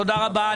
תודה רבה.